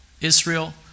Israel